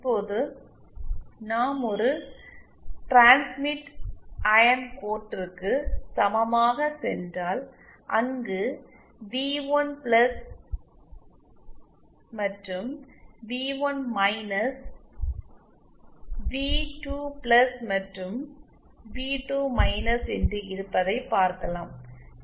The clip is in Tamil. இப்போது நாம் ஒரு டிரான்ஸ்மிட் அயன் கோட்டிற்கு சமமாக சென்றால் அங்கு வி1 பிளஸ் மற்றும் வி1 மைனஸ் வி 2பிளஸ் மற்றும் வி2 மைனஸ் என்று இருப்பதை பார்க்கலாம்